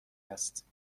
است